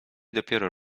dopiero